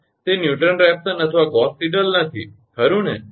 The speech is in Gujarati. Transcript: તે ન્યૂટન રેફસન અથવા ગૌસ સીડેલ નથી ખરુ ને